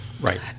right